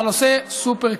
אבל הנושא סופר-קריטי.